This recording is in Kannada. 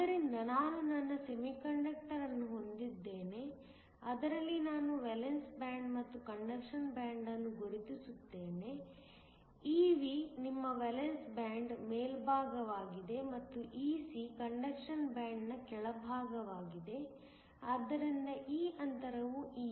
ಆದ್ದರಿಂದ ನಾನು ನನ್ನ ಸೆಮಿಕಂಡಕ್ಟರ್ ಅನ್ನು ಹೊಂದಿದ್ದೇನೆ ಅದರಲ್ಲಿ ನಾನು ವೇಲೆನ್ಸ್ ಬ್ಯಾಂಡ್ ಮತ್ತು ಕಂಡಕ್ಷನ್ ಬ್ಯಾಂಡ್ ಅನ್ನು ಗುರುತಿಸುತ್ತೇನೆ Ev ನಿಮ್ಮ ವೇಲೆನ್ಸ್ ಬ್ಯಾಂಡ್ ನ ಮೇಲ್ಭಾಗವಾಗಿದೆ ಮತ್ತು Ec ಕಂಡಕ್ಷನ್ ಬ್ಯಾಂಡ್ ನ ಕೆಳಭಾಗವಾಗಿದೆ ಆದ್ದರಿಂದ ಈ ಅಂತರವು Eg